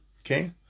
Okay